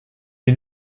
est